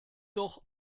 doch